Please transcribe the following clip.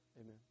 Amen